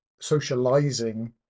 socializing